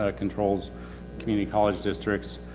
ah controls community college districts.